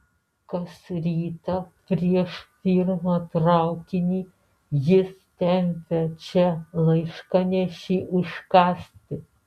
kas rytą prieš pirmą traukinį jis tempia čia laiškanešį užkąsti